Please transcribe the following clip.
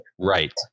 right